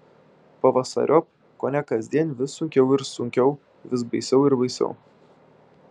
pavasariop kone kasdien vis sunkiau ir sunkiau vis baisiau ir baisiau